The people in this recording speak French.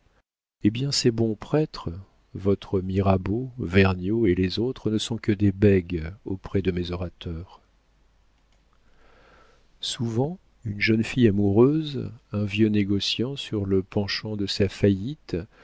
eh bien ces bons prêtres votre mirabeau vergniaud et les autres ne sont que des bègues auprès de mes orateurs souvent une jeune fille amoureuse un vieux négociant sur le penchant de sa faillite